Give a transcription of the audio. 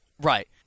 Right